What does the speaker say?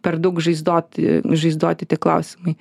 per daug žaizdoti žaizdoti tie klausimai